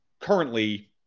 currently